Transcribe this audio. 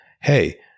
Hey